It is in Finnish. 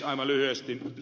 aivan lyhyesti